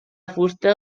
fusta